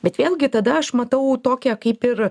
bet vėlgi tada aš matau tokią kaip ir